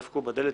דפקו בדלת,